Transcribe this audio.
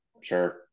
sure